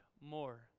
more